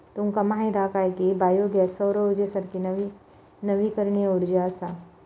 तुमका माहीत हा काय की बायो गॅस सौर उर्जेसारखी नवीकरणीय उर्जा असा?